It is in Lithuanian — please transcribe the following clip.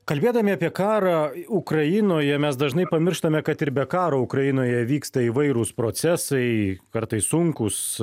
kalbėdami apie karą ukrainoje mes dažnai pamirštame kad ir be karo ukrainoje vyksta įvairūs procesai kartais sunkūs